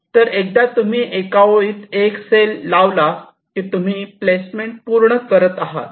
तर एकदा तुम्ही एका ओळीत एक सेल लावला की तुम्ही प्लेसमेंट पूर्ण करत आहात